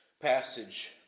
passage